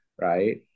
right